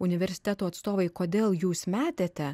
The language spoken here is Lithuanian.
universiteto atstovai kodėl jūs metėte